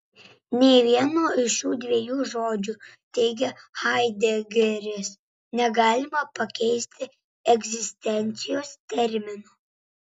nė vieno iš šių dviejų žodžių teigia haidegeris negalima pakeisti egzistencijos terminu